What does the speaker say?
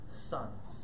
sons